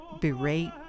berate